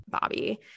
Bobby